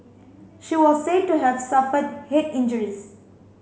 she was said to have suffered head injuries